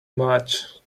much